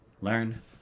learn